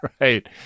Right